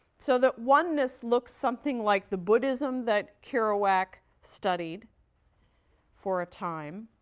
so that oneness looks something like the buddhism that kerouac studied for a time